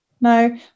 no